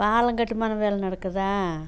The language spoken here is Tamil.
பாலங்கட்டுமான வேலை நடக்குதா